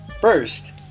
First